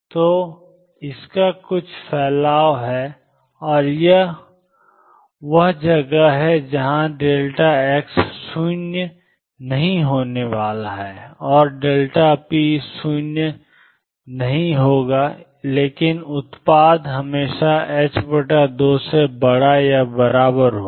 तो इसका कुछ फैलाव है और यह वह जगह है जहां x 0 नहीं होने वाला है और p 0 नहीं होने वाला है लेकिन उत्पाद हमेशा 2 से बड़ा या बराबर होगा